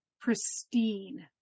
pristine